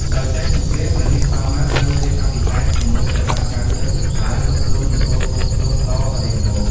ដោយចាញ់សង្គ្រាម ព្រះនាងសោមាត្រូវរៀបអភិសេកជាមួយព្រះបាទ កៅណ្ឌិន្យ ហើយគ្រប់គ្រងនគរគោកធ្លកតរៀងមក។